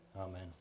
Amen